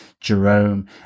Jerome